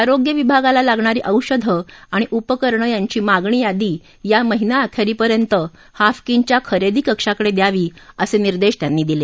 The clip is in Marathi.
आरोग्य विभागाला लागणारी औषधं आणि उपकरणं यांची मागणी यादी या महिना अखेरीपर्यंत हाफकिनच्या खरेदी कक्षाकडे द्यावी असं निर्देश त्यांनी दिले